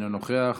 אינו נוכח.